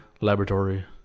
laboratory